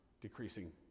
decreasing